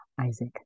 Isaac